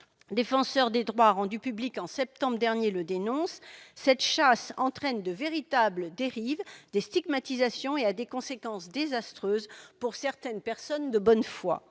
défenseur des droits rendu public en septembre dernier dénonce ce fait -que cette chasse entraîne de véritables dérives, des stigmatisations et a des conséquences désastreuses pour certaines personnes de bonne foi.